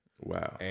Wow